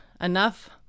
enough